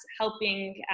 helping